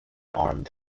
armed